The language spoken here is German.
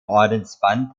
ordensband